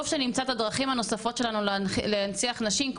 טוב שנמצא את הדרכים הנוספות שלנו להנציח נשים,